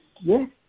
Yes